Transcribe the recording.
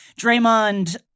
Draymond